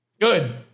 Good